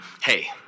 Hey